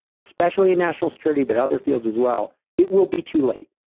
especially in national security, but other fields as well, it will be too late,